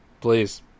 please